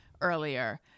earlier